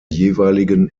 jeweiligen